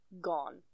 gone